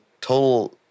total